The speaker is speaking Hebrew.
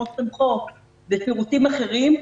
כמו סוֹמכוֹת ושירותים אחרים,